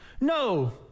No